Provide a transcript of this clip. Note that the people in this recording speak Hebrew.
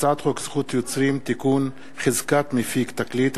הצעת חוק זכות יוצרים (תיקון) (חזקת מפיק תקליט),